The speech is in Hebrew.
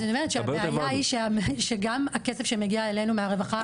אני אומרת שהבעיה היא שגם הכסף שמגיע אלינו מהרווחה,